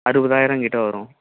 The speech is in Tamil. அறுபதாயிரம்கிட்ட வரும்